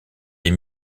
des